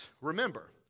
remember